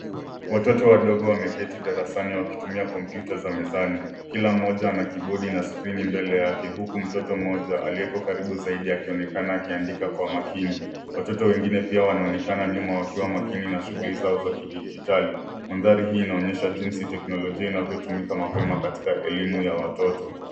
Watoto wadogo wameketi darasani wakitumia kompyuta za mezani . Kila mmoja ana kibodi na skrini mbele yake huku mtoto mmoja aliyeko karibu zaidi akionekana akiandika kwa makini. Watoto wengine pia wanaonekana nyuma wakiwa makini na shughuli zao za kidijitali. Mandhari hii inaonyesha jinsi teknolojia inavyotumika mapema katika elimu ya watoto.